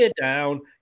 down